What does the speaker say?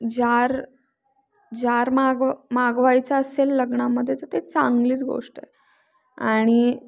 जार jar मागव मागवायचं असेल लग्नामध्ये तर ते चांगलीच गोष्ट आहे आणि